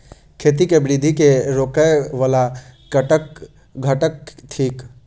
खेती केँ वृद्धि केँ रोकय वला घटक थिक?